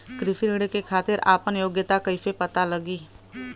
कृषि ऋण के खातिर आपन योग्यता कईसे पता लगी?